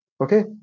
Okay